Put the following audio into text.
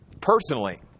personally